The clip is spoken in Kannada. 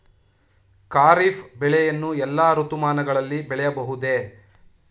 ಖಾರಿಫ್ ಬೆಳೆಯನ್ನು ಎಲ್ಲಾ ಋತುಮಾನಗಳಲ್ಲಿ ಬೆಳೆಯಬಹುದೇ?